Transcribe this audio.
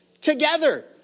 together